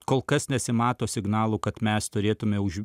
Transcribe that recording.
kol kas nesimato signalų kad mes turėtume už